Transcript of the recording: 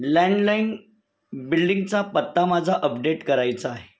landline बिल्डिंगचा पत्ता माझा अपडेट करायचा आहे